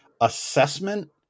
assessment